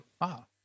wow